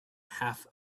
half